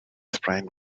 sprained